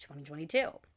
2022